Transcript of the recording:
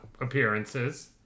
appearances